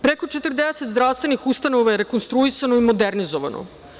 Preko 40 zdravstvenih ustanova je rekonstruisano i modernizovano.